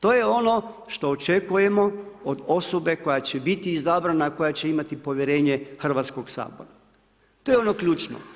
To je ono što očekujemo od osobe koja će biti izabrana, koja će imati povjerenje Hrvatskog sabora, to je ono ključno.